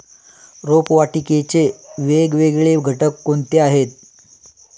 रोपवाटिकेचे वेगवेगळे घटक कोणते आहेत?